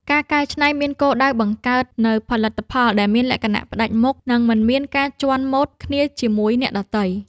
ការកែច្នៃមានគោលដៅបង្កើតនូវផលិតផលដែលមានលក្ខណៈផ្តាច់មុខ និងមិនមានការជាន់ម៉ូដគ្នាជាមួយអ្នកដទៃ។